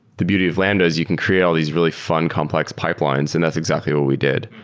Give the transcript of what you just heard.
the beauty of lambda is you can create all these really fun complex pipelines, and that's exactly what we did.